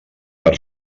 per